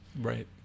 Right